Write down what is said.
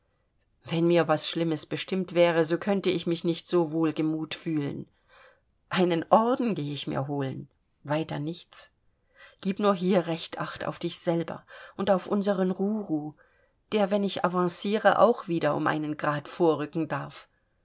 wenn mir was schlimmes bestimmt wäre so könnte ich mich nicht so wohlgemut fühlen einen orden geh ich mir holen weiter nichts gib nur hier recht acht auf dich selber und auf unsern ruru der wenn ich avanciere auch wieder um einen grad vorrücken darf